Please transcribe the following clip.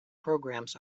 programs